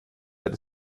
wird